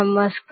નમસ્કાર